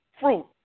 fruit